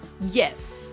Yes